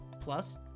plus